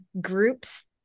groups